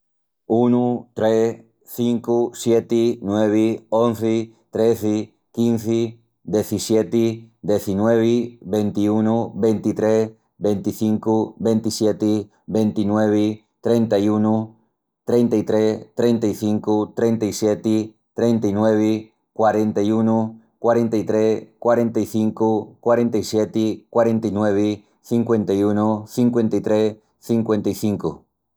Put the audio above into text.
Unu, tres, cincu, sieti, nuevi, onzi, trezi, quinzi, dezissieti, dezinuevi, ventiunu, ventitrés, venticincu, ventissieti, ventinuevi, trenta-i-unu, trenta-i-tres, trenta-i-cincu, trenta-i-sieti, trenta-i-nuevi, quarenta-i-unu, quarenta-i-tres, quarenta-i-cincu, quarenta-i-sieti, quarenta-i-nuevi, cinqüenta-i-unu, cinqüenta-i-tres, cinqüenta-i-cincu...